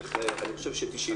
אני חושב ש-90%,